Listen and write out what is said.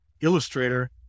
illustrator